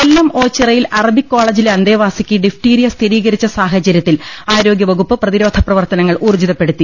കൊല്ലം ഓച്ചിറയിൽ അറബിക് കോളേജിലെ അന്തേവാസിക്ക് ഡിഫ്ത്തീരിയ സ്ഥിരീകരിച്ച സാഹചര്യത്തിൽ ആരോഗ്യ വകുപ്പ് പ്രതിരോധ പ്രവർത്തനങ്ങൾ ഉൌർജ്ജിതപ്പെടുത്തി